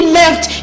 left